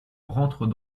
rentrent